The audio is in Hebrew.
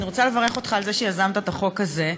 אני רוצה לברך אותך על שיזמת את החוק הזה.